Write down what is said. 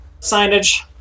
signage